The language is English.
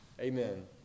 amen